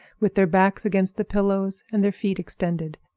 with their backs against the pillows and their feet extended.